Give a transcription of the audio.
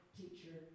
teacher